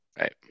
Right